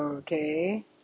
Okay